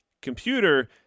computer